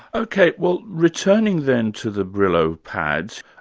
ok, well returning then to the brillo pads,